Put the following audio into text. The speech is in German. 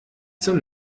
zum